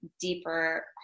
deeper